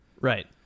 right